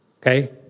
okay